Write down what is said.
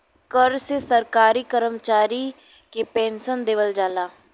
कर से सरकारी करमचारी के पेन्सन देवल जाला